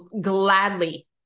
gladly